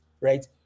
right